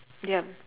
yup